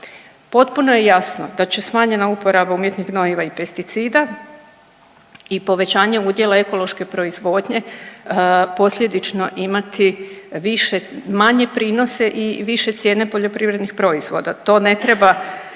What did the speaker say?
Potpuno je jasno da će smanjena uporaba umjetnih gnojiva i pesticida i povećanje udjela ekološke proizvodnje posljedično imati manje prinose i više cijene poljoprivrednih proizvoda, to ne treba